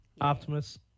Optimus